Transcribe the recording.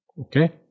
Okay